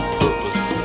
purpose